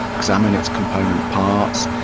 examine its component parts.